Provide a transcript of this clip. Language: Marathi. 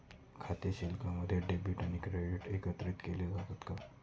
खाते शिल्लकमध्ये डेबिट आणि क्रेडिट एकत्रित केले जातात का?